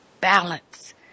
balance